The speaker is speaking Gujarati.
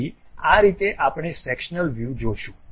તેથી આ રીતે આપણે સેક્શનલ વ્યૂ જોશું